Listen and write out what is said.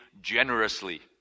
generously